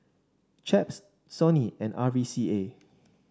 Chaps Sony and R V C A